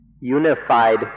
unified